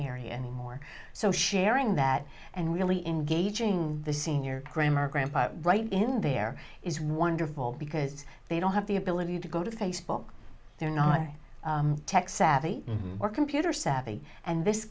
area anymore so sharing that and really engaging the senior grandma or grandpa right in there is wonderful because they don't have the ability to go to facebook they're not tech savvy or computer savvy and this